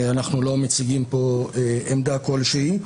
אנחנו לא מציגים כאן עמדה כלשהי.